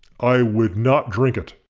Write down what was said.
i would not drink it.